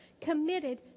committed